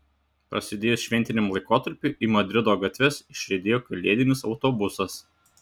prasidėjus šventiniam laikotarpiui į madrido gatves išriedėjo kalėdinis autobusas